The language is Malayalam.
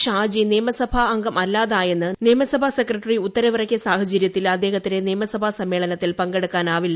ഷാജി നിയമസഭാംഗം അല്ലാതായെന്ന് നിയമസഭാ സെക്രട്ടറി ഉത്തരവിറക്കിയ സാഹചര്യത്തിൽ നിയമസഭാ അദ്ദേഹത്തിന് സമ്മേളനത്തിൽ പങ്കെടുക്കാനാവില്ല